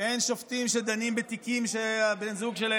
קרה לו שהוא הפנים עד הסוף את הקמפיין נגד הפוליטיקאים,